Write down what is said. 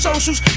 Socials